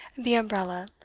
the umbrella,